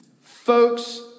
Folks